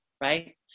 right